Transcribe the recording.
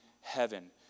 heaven